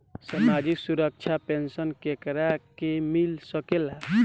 सामाजिक सुरक्षा पेंसन केकरा के मिल सकेला?